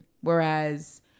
Whereas